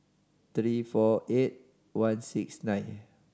three four eight one six nine